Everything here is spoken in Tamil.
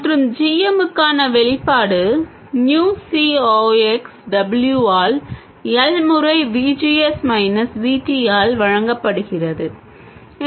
மற்றும் g m க்கான வெளிப்பாடு mu C ox W ஆல் L முறை V G S minus V T ஆல் வழங்கப்படுகிறது